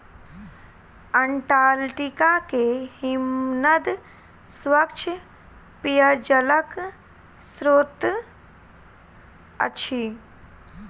Antarctica के हिमनद स्वच्छ पेयजलक स्त्रोत अछि